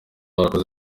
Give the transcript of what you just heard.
warakoze